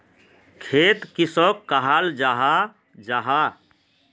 खेत किसोक कहाल जाहा जाहा?